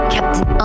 Captain